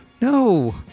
No